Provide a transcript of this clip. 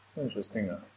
interesting